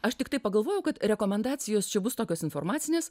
aš tiktai pagalvojau kad rekomendacijos čia bus tokios informacinės